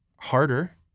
harder